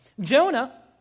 Jonah